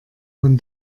von